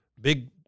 big